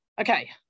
Okay